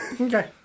Okay